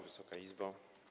Wysoka Izbo!